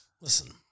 Listen